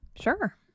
Sure